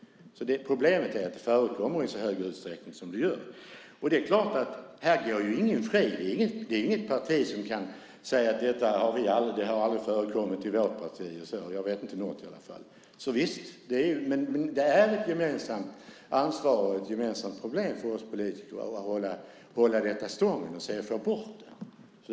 Problemet är att det förekommer i så stor utsträckning som det gör. Det är klart att ingen går fri här. Ingen kan säga att detta aldrig har förekommit i vårt parti. Jag vet inte om något i alla fall. Visst, det är ett gemensamt ansvar och ett gemensamt problem för oss politiker att hålla detta stången och få bort det.